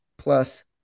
Plus